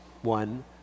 one